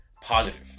positive